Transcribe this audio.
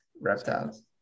reptiles